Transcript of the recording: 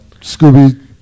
scooby